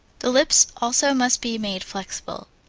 the lips also must be made flexible,